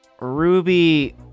ruby